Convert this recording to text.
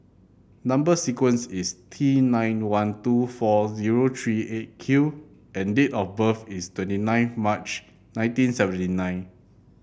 number sequence is T nine one two four zero three Eight Q and date of birth is twenty nine March nineteen seventy nine